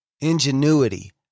ingenuity